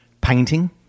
painting